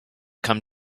come